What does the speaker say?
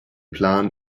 plan